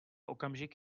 okamžik